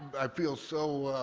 i feel so,